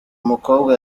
mukobwa